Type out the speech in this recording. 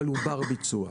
אבל הוא בר ביצוע.